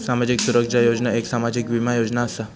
सामाजिक सुरक्षा योजना एक सामाजिक बीमा योजना असा